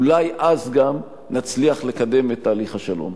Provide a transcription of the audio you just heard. ואולי אז גם נצליח לקדם את תהליך השלום.